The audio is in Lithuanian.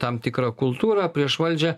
tam tikrą kultūrą prieš valdžią